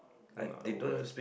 not a word